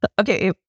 Okay